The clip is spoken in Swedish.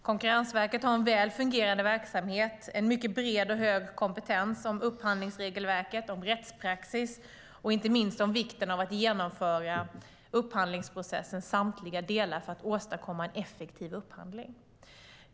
Konkurrensverket har en väl fungerande verksamhet och en mycket bred och hög kompetens vad gäller upphandlingsregelverket, rättspraxis och inte minst vikten av att genomföra upphandlingsprocessens samtliga delar för att åstadkomma en effektiv upphandling.